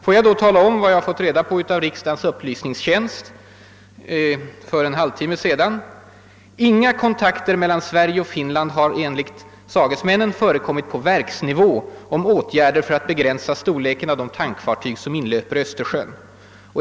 Får jag då tala om, vad jag fått reda på av riksdagens upplysningstjänst för en halvtimme sedan. Upplysningstjänsten har inhämtat att »inga kontakter mellan Sverige och Finland har förekommit på verksnivå om åtgärder för att begränsa storleken av de tankfartyg som inlöper i Östersjön.